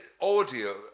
audio